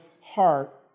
heart